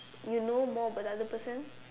you know more about the other person